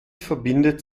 verbindet